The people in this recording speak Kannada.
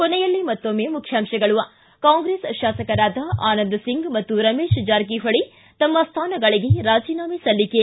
ಕೊನೆಯಲ್ಲಿ ಮತ್ತೊಮ್ನೆ ಮುಖ್ಯಾಂಶಗಳು ಿ ಕಾಂಗ್ರೆಸ್ ಶಾಸಕರಾದ ಆನಂದ ಸಿಂಗ್ ಮತ್ತು ರಮೇಶ ಜಾರಕಿಹೊಳಿ ತಮ್ಮ ಸ್ಥಾನಗಳಿಗೆ ರಾಜೀನಾಮೆ ಸಲ್ಲಿಕೆ